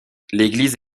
l’église